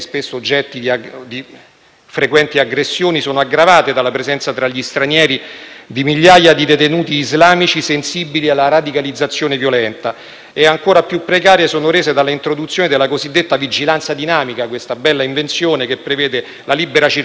frequenti aggressioni, sono aggravate dalla presenza tra gli stranieri di migliaia di detenuti islamici sensibili alla radicalizzazione violenta e ancora più precarie sono rese dall'introduzione della cosiddetta vigilanza dinamica. Si tratta di una bella invenzione che prevede la libera circolazione di detenuti negli spazi comuni